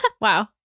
Wow